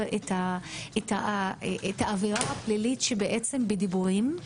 את האווירה הפלילית שמתרחשת בדיבורים,